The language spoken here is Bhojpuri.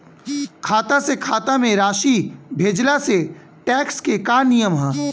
खाता से खाता में राशि भेजला से टेक्स के का नियम ह?